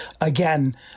Again